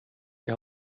die